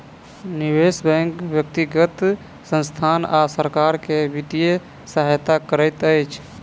निवेश बैंक व्यक्तिगत संसथान आ सरकार के वित्तीय सहायता करैत अछि